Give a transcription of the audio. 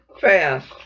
fast